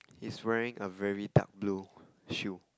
he's wearing a very dark blue shoe